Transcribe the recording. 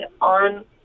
on